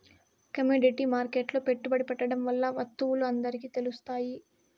commodity మార్కెట్లో పెట్టుబడి పెట్టడం వల్ల వత్తువులు అందరికి తెలుత్తాయి